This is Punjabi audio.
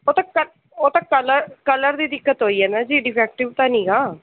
ਉਹ ਤਾਂ ਕਲ ਉਹ ਤਾਂ ਕਲਰ ਕਲਰ ਦੀ ਦਿੱਕਤ ਹੋਈ ਹੈ ਨਾ ਜੀ ਡਿਫੈਕਟਿਵ ਤਾਂ ਨੀਗਾ